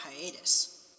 hiatus